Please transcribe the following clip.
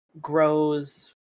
grows